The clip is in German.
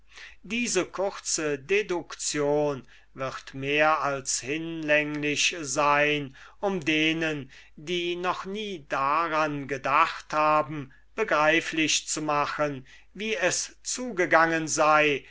diese kurze deduction wird mehr als hinlänglich sein um denen die noch nie daran gedacht haben begreiflich zu machen wie es zugegangen sei